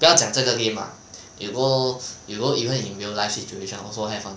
不要讲这个 game ah you go you go even in real life situation also have [one]